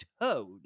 Toad